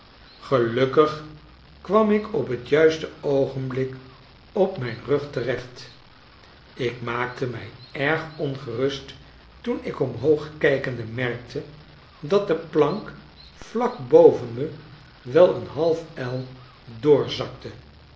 gelukkig kwam ik op t juiste oogenblik op mijn rug terecht ik maakte me erg ongerust toen ik omhoog kijkende merkte dat de plank vlak boven me wel een half el